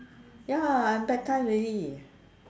ya I'm baptised already